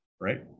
Right